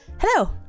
hello